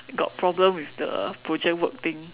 got problem with the project work thing